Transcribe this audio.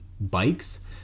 bikes